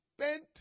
spent